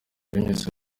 binyuze